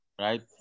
right